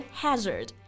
hazard